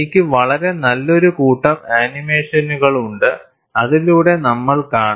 എനിക്ക് വളരെ നല്ലൊരു കൂട്ടം ആനിമേഷനുകൾ ഉണ്ട് അതിലൂടെ നമ്മൾ കാണും